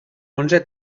onze